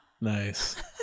Nice